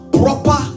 proper